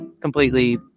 completely